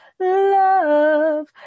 love